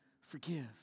forgive